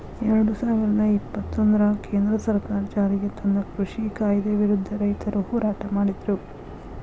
ಎರಡುಸಾವಿರದ ಇಪ್ಪತ್ತೊಂದರಾಗ ಕೇಂದ್ರ ಸರ್ಕಾರ ಜಾರಿಗೆತಂದ ಕೃಷಿ ಕಾಯ್ದೆ ವಿರುದ್ಧ ರೈತರು ಹೋರಾಟ ಮಾಡಿದ್ರು